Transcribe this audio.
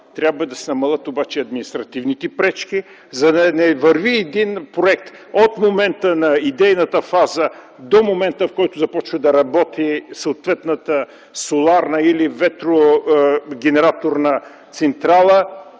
трябва да се намалят административните пречки, за да не върви един проект от момента на идейната фаза до момента, в който започне да работи съответната соларна или ветрогенераторна централа,